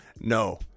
No